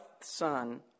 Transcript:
son